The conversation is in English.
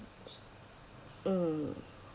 mm